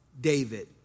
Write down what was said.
David